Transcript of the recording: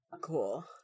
Cool